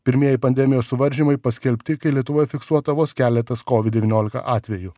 pirmieji pandemijos suvaržymai paskelbti kai lietuvoje fiksuota vos keletas kovid devyniolika atvejų